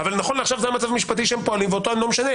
אבל נכון לעכשיו זה המצב המשפטי שהם פועלים ואותו איני משנה,